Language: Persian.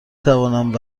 توانم